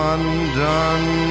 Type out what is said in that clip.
Undone